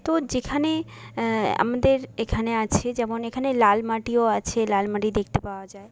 তো যেখানে আমাদের এখানে আছে যেমন এখানে লালমাটিও আছে লালমাটি দেখতে পাওয়া যায়